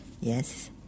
Yes